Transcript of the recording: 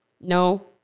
No